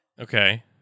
Okay